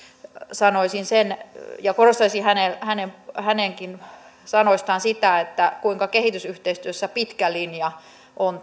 sanoisin sen ja korostaisin hänenkin sanoistaan sitä kuinka kehitysyhteistyössä pitkä linja on